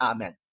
Amen